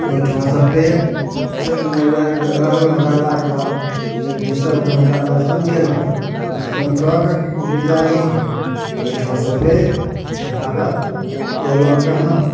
ओहिठुमा सँ फेर चऽ रहलौ रहलाके बाद फेर भिनसरमे कऽ हुनका दर्शन गेलहुॅं दर्शन कऽके गिरिजा जीके ओहिठाम सँ फेर भागल अयलहुॅं कहाँ